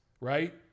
right